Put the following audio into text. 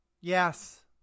Yes